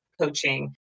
coaching